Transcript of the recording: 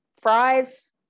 fries